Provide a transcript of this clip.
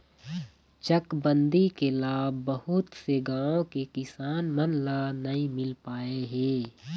चकबंदी के लाभ बहुत से गाँव के किसान मन ल नइ मिल पाए हे